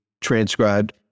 transcribed